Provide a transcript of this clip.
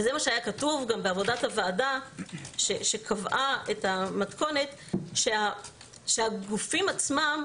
וזה מה שהיה כתוב גם בעבודת הוועדה שקבעה את המתכונת שהגופים עצמם,